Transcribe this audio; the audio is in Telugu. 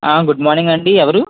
ఆ గుడ్ మార్నింగ్ అండీ ఎవరు